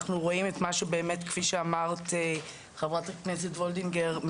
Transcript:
אנחנו רואים את מה שאמרת חברת הכנסת וולדיגר,